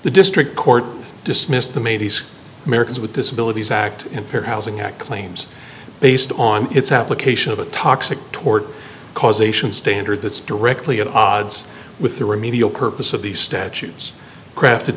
the district court dismissed the maybe's americans with disabilities act in fair housing act claims based on its application of a toxic tort causation standard that's directly at odds with the remedial purpose of these statutes crafted